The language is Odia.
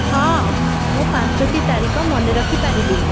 ହଁ ମୁଁ ପାଞ୍ଚଟି ତାରିଖ ମନେ ରଖିପାରିବି